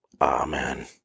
Amen